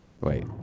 Wait